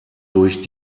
durch